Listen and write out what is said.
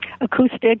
acoustic